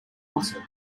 concert